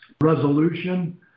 resolution